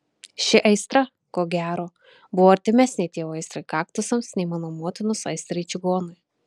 ši aistra ko gero buvo artimesnė tėvo aistrai kaktusams nei mano motinos aistrai čigonui